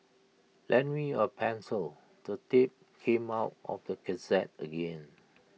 lend me A pencil the tape came out of the cassette again